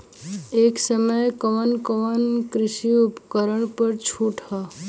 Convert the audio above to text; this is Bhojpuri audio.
ए समय कवन कवन कृषि उपकरण पर छूट ह?